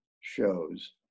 shows